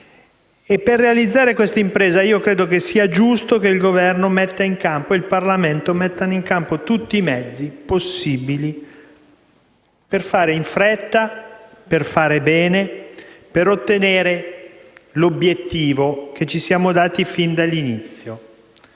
Per realizzare questa impresa credo sia giusto che il Governo e il Parlamento mettano in campo ogni strumento possibile per fare in fretta, per fare bene, per ottenere l'obiettivo che ci siamo dati fin dall'inizio: